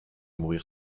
mourir